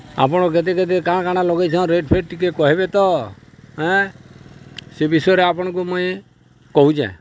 ଆପଣ କେତେ କେତେ କାଣା କାଣା ଲଗେଇଛନ୍ ରେଟ୍ ଫେଟ୍ ଟିକେ କହେବେ ତ ହେଁ ସେ ବିଷୟରେ ଆପଣ୍କୁ ମୁଇଁ କହୁଚେଁ